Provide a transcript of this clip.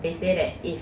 they say that if